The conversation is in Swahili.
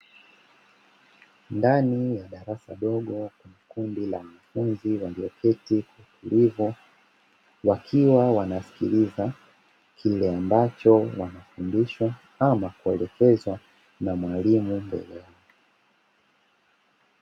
Ndani ya darasa dogo, kundi la wanafunzi walioketi kwa utulivu, wakiwa wanasikiliza kile ambacho wanafundishwa ama kuelekezwa na mwalimu mwenyewe.